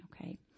okay